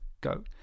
go